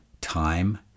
time